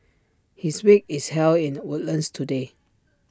his wake is held in Woodlands today